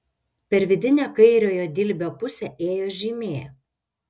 per vidinę kairiojo dilbio pusę ėjo žymė